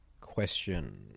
Question